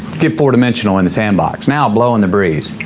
get four dimensional in the sandbox, now blow in the breeze.